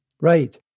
right